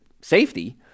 safety